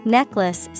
Necklace